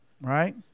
right